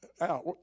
out